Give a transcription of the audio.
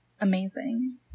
Amazing